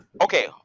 Okay